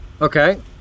okay